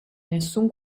nessun